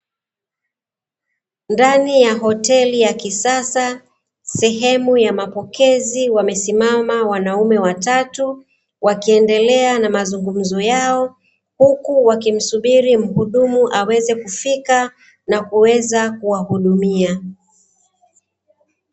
Ndani ya hoteli ya kisasa sehemu ya mapokezi wamesimama wanaume watatu, wakiendelea na mazungumzo yao huku wakimsubiri muhudumu aweze kufika na kuweza kuwahudumia.